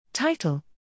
Title